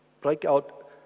breakout